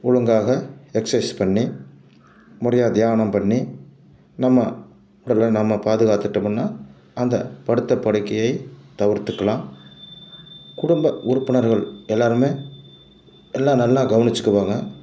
ஒழுங்காக எக்சஸைஸ் பண்ணி முறையாக தியானம் பண்ணி நம்ம உடலை நம்ம பாதுகாத்துக்கிட்டம்னால் அந்த படுத்த படுக்கையை தவிர்த்துக்கலாம் குடும்ப உறுப்பினர்கள் எல்லாருமே எல்லாம் நல்லா கவனிச்சிக்குவாங்க